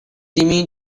timmy